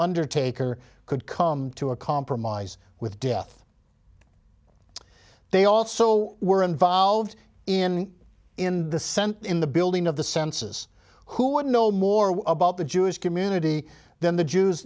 undertaker could come to a compromise with death they also were involved in in the sense in the building of the census who would know more about the jewish community than the jews